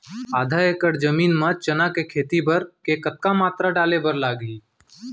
आधा एकड़ जमीन मा चना के खेती बर के कतका मात्रा डाले बर लागही?